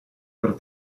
per